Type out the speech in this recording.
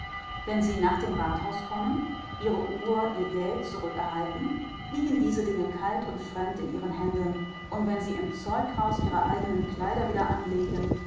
wenn sie nach dem rathaus kommen ihre uhr ihr geld zurückerhalten liegen diese dinge kalt und fremd in ihren händen und wenn sie im zeughaus ihre eigenen kleider wieder anlegen